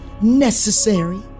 necessary